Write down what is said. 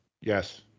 Yes